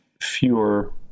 fewer